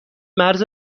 مرز